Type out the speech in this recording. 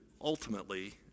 ultimately